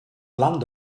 land